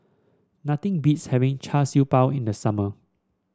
nothing beats having Char Siew Bao in the summer